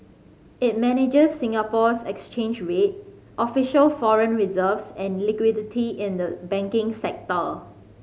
it manages Singapore's exchange rate official foreign reserves and liquidity in the banking sector